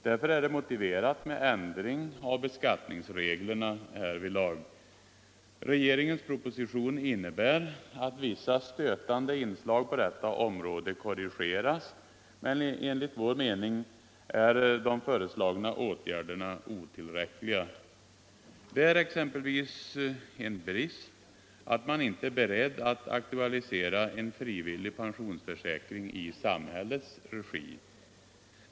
Därför är det motiverat med ändring av beskattningsreglerna härvidlag. Regeringens proposition innebär att vissa stötande inslag på detta område korrigeras, men enligt vår mening är de föreslagna åtgärderna otillräckliga. Det är exempelvis en brist att man inte är beredd att aktualisera en frivillig pensionsförsäkring i samhällets regi.